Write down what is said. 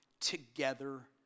together